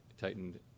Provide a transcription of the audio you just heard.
tightened